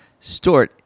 Stort